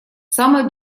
самой